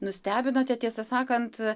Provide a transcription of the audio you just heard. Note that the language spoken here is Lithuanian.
nustebinote tiesą sakant